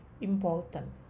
important